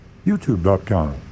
YouTube.com